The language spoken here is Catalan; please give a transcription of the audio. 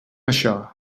això